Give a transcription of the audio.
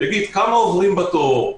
כמה עוברים בתור,